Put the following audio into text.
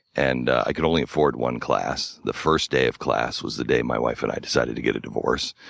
and i could only afford one class. the first day of class was the day my wife and i decided to get a divorce,